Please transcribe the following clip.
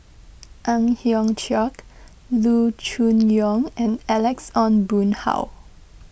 Ang Hiong Chiok Loo Choon Yong and Alex Ong Boon Hau